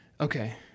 Okay